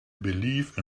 believe